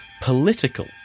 political